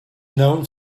known